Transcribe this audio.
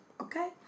Okay